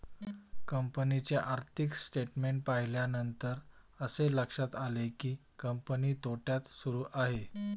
कंपनीचे आर्थिक स्टेटमेंट्स पाहिल्यानंतर असे लक्षात आले की, कंपनी तोट्यात सुरू आहे